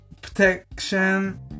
protection